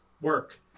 work